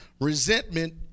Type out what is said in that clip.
Resentment